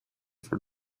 for